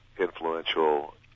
influential